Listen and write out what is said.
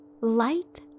Light